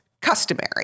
customary